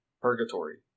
purgatory